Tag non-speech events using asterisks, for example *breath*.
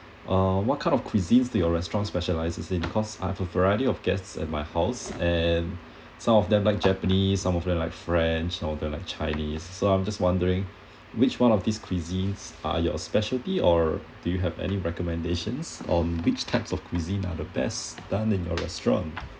uh what kind of cuisines do your restaurant specialises in cause I have a variety of guests at my house and *breath* some of them like japanese some of them like french some of them like chinese so I'm just wondering which one of these cuisines are your specialty or do you have any recommendations on which types of cuisine are the best done in your restaurant